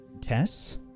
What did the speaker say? Tess